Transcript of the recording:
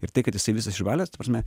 ir tai kad jisai visas išbalęs ta prasme